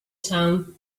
town